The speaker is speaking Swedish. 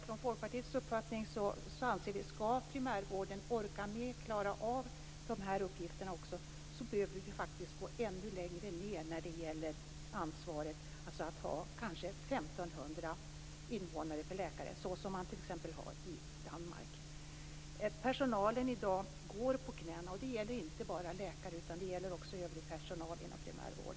Från Folkpartiets sida anser vi att om primärvården skall orka med och klara av de här uppgifterna behöver vi gå ännu längre ned när det gäller ansvaret, dvs. att kanske ha 1 500 invånare per läkare, såsom man har t.ex. Personalen går i dag på knäna. Det gäller inte bara läkare utan också övrig personal inom primärvården.